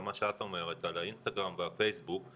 מה שאת אומרת על האינסטגרם והפייסבוק,